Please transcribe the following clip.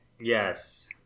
yes